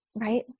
Right